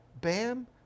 Bam